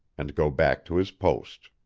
and go back to his post.